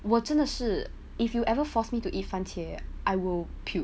我真的是 if you ever force me to eat 番茄 I will puke